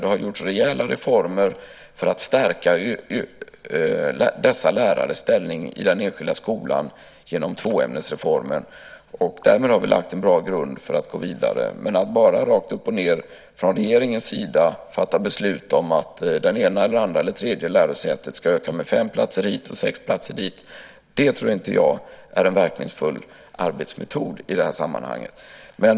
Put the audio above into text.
Det har gjorts rejäla reformer för att stärka dessa lärares ställning i den enskilda skolan genom tvåämnesreformen. Därmed har vi lagt en bra grund för att gå vidare. Men att bara rakt upp och ned från regeringens sida fatta beslut om att det ena eller andra eller tredje lärosätet ska öka med fem platser hit och sex platser dit tror inte jag är en verkningsfull arbetsmetod i det här sammanhanget.